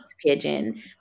Pigeon